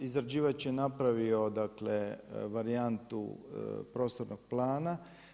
Izrađivač je napravio, dakle varijantu prostornog plana.